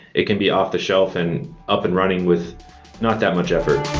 it can be off the shelf and up and running with not that much effort.